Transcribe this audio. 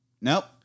Nope